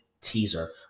teaser